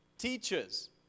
Teachers